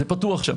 זה פתוח שם.